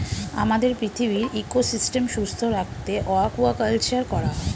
আমাদের পৃথিবীর ইকোসিস্টেম সুস্থ রাখতে অ্য়াকুয়াকালচার করা হয়